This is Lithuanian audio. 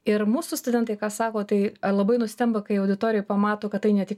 ir mūsų studentai ką sako tai labai nustemba kai auditorijoj pamato kad tai ne tik